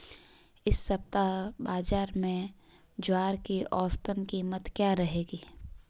इस सप्ताह बाज़ार में ज्वार की औसतन कीमत क्या रहेगी?